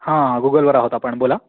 हां गूगलवर आहोत आपण बोला